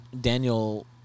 Daniel